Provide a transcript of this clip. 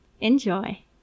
Enjoy